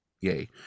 yay